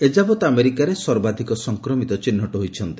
ଏଯାବତ୍ ଆମେରିକାରେ ସର୍ବାଧିକ ସଂକ୍ରମିତ ଚିହ୍ନଟ ହୋଇଛନ୍ତି